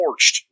torched